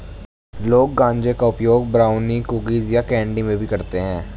लोग गांजे का उपयोग ब्राउनी, कुकीज़ या कैंडी में भी करते है